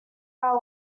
are